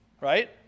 right